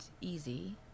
easy